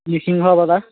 Narasimha Avtar